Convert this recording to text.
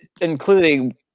including